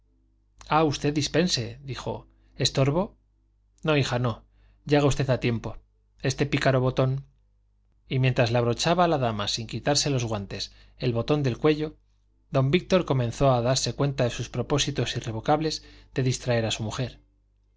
ah usted dispense dijo estorbo no hija no llega usted a tiempo este pícaro botón y mientras le abrochaba la dama sin quitarse los guantes el botón del cuello don víctor comenzó a darle cuenta de sus propósitos irrevocables de distraer a su mujer